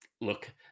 Look